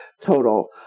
total